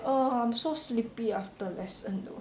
ugh I'm so sleepy after lesson though